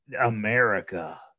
America